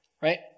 Right